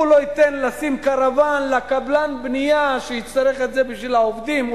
הוא לא ייתן לקבלן הבנייה לשים קרוון לעובדים שלו,